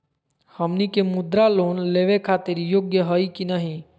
हमनी के मुद्रा लोन लेवे खातीर योग्य हई की नही?